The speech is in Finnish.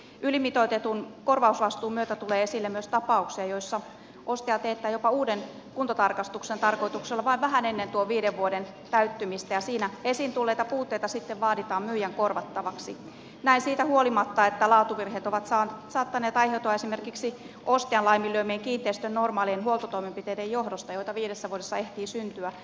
ylimitoitetun korvausvastuun myötä tulee esille myös tapauksia joissa ostaja teettää jopa uuden kuntotarkastuksen tarkoituksella vain vähän ennen tuon viiden vuoden täyttymistä ja siinä esiin tulleita puutteita sitten vaaditaan myyjän korvattaviksi näin siitä huolimatta että laatuvirheet ovat saattaneet aiheutua esimerkiksi ostajan laiminlyömien kiinteistön normaalien huoltotoimenpiteiden johdosta joita viidessä vuodessa ehtii syntyä